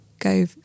go